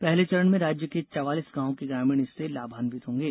पहले चरण में राज्य के चवालीस गांव के ग्रामीण इससे लाभान्वित होंगे